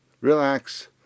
Relax